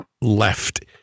left